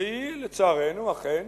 והיא, לצערנו, אכן